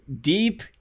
deep